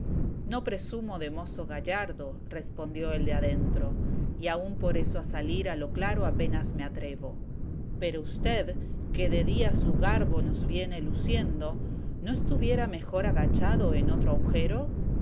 no presumo de mozo gallardo respondió el de adentro y aun por eso a salir a lo claro apenas me atrevo pero usted que de día su garbo nos viene luciendo no estuviera mejor agachado en otro agujero